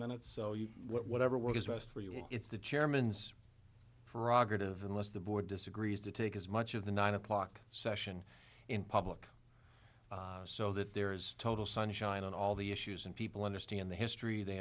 minutes so you whatever work is best for you it's the chairman's froggatt of unless the board disagrees to take as much of the nine o'clock session in public so that there is total sunshine on all the issues and people understand the history they